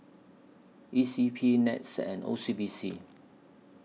E C P Nets and O C B C